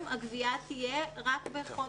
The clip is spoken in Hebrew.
‏הגבייה עבור טקס סיום תהיה רק בחודש